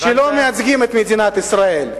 שלא מייצגים את מדינת ישראל.